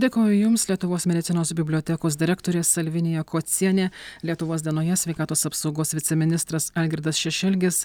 dėkoju jums lietuvos medicinos bibliotekos direktorė salvinija kocienė lietuvos dienoje sveikatos apsaugos viceministras algirdas šešelgis